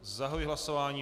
Zahajuji hlasování.